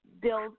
build